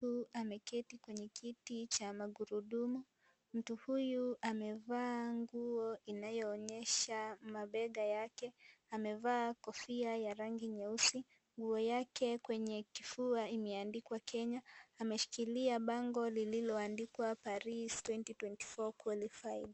Ameketi kwenye kiti cha magurudumu mtu huyu amevaa nguo inayoonyesha mabega yake amevaa kofia ya rangi nyeusi, nguo yake kwenye kifua imeandikwa Kenya , ameshikilia bango lililoandikwa Paris 2024 qualified.